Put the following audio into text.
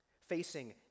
facing